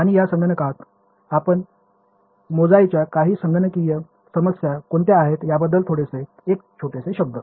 आणि या संगणकात आपण मोजायच्या काही संगणकीय समस्या कोणत्या आहेत याबद्दल थोडेसे एक छोटेसे शब्द